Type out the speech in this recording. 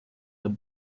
that